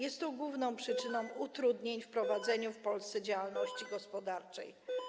Jest to główna przyczyną utrudnień w prowadzeniu w Polsce działalności gospodarczej.